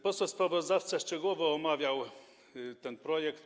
Poseł sprawozdawca szczegółowo omawiał ten projekt.